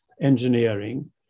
engineering